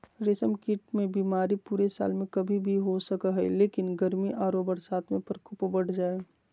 रेशम कीट मे बीमारी पूरे साल में कभी भी हो सको हई, लेकिन गर्मी आरो बरसात में प्रकोप बढ़ जा हई